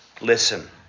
Listen